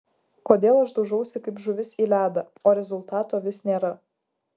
kodėl aš daužausi kaip žuvis į ledą o rezultato vis nėra